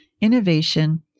innovation